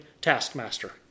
taskmaster